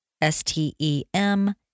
S-T-E-M